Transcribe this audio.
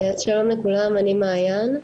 שלום לכולם שמי מעיין,